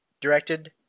directed